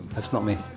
that's not me.